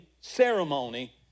ceremony